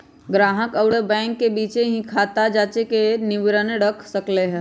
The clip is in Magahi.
ग्राहक अउर बैंक के बीचे ही खाता जांचे के विवरण रख सक ल ह